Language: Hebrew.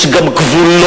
יש גם גבולות,